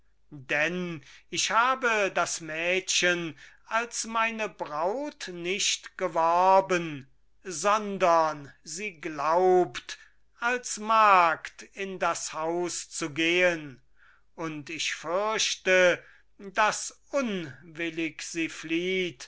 denn ich habe das mädchen als meine braut nicht geworben sondern sie glaubt als magd in das haus zu gehn und ich fürchte daß unwillig sie flieht